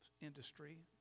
industry